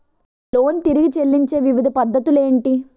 Loan తిరిగి చెల్లించే వివిధ పద్ధతులు ఏంటి?